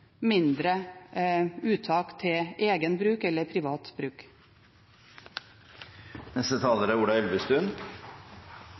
mindre uttak til egen bruk, eller privat bruk.